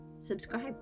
subscribe